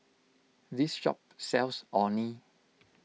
this shop sells Orh Nee